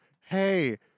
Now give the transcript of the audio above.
hey